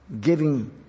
giving